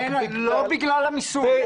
לא בגלל המיסוי.